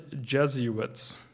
Jesuits